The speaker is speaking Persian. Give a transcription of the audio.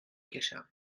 کشم